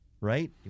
right